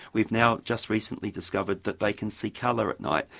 we've now just recently discovered that they can see colour at night,